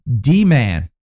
D-Man